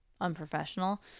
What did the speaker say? unprofessional